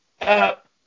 up